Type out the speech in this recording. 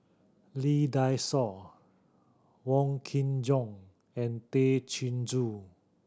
Lee Dai Soh Wong Kin Jong and Tay Chin Joo